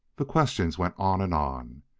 the questions went on and on.